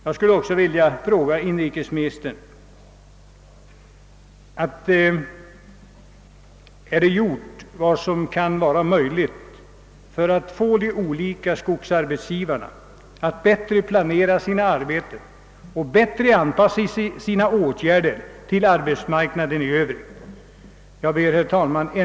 Jag ber, herr talman, att ännu en gång få tacka statsrådet för svaret på min interpellation.